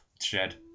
shed